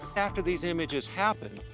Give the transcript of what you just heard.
after these images happened,